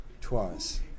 Twice